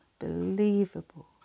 unbelievable